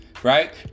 Right